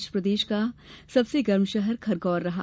आज प्रदेश का सबसे गर्म शहर खरगौन रहा